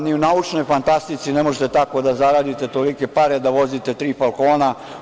Ni u naučnoj fantastici ne možete toliko da zaradite, tolike pare, da vozite tri „falkona“